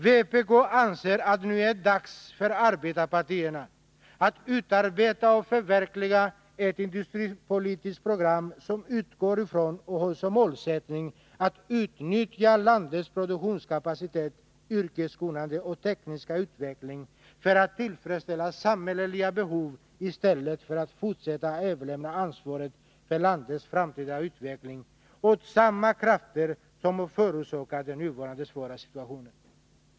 Vpk anser att det nu är dags för arbetarpartierna att utarbeta och förverkliga ett industripolitiskt program som utgår från och har som målsättning att utnyttja landets produktionskapacitet, yrkeskunnande och tekniska utveckling för att tillfredsställa samhälleliga behov i stället för att fortsätta att överlämna ansvaret för landets framtida utveckling åt samma krafter som har förorsakat den nuvarande svåra situationen.